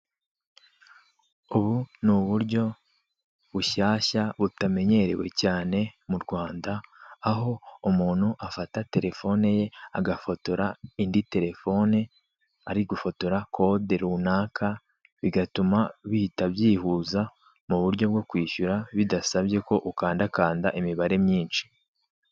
Ubu ni uburyo bushyashya butamenyerewe cyane mu Rwanda aho umuntu afata telefone ye agafotora indi telefone ari gufotora kode runaka bigatuma bihita byihuza mu buryo bwo kwishyura bidasabye ko ukanda kanda imibare myinshi.